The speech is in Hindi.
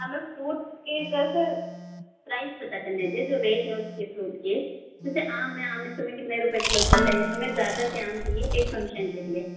हमें फ्रूट की दरअसल प्राइस पता करने थे जो रेट हैं उसके फ्रूट के जैसे आम हैं आप इस समय कितने रुपये चल रहे हैं हमें ज्यादा से आम चाहिए एक फ़ंक्शन के लिए